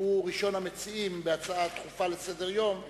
הוא ראשון המציעים בהצעה הדחופה לסדר-היום,